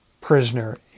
prisoner